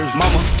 mama